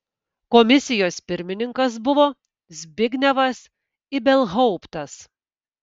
komisijos pirmininkas buvo zbignevas ibelhauptas